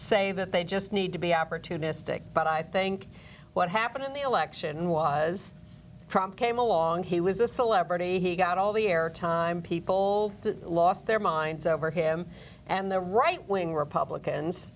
say that they just need to be opportunistic but i think what happened in the election was from came along he was a celebrity he got all the air time people to lost their minds over him and the right wing republicans